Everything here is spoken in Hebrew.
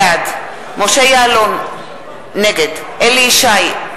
בעד משה יעלון, נגד אליהו ישי,